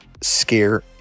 Scare